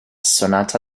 sonata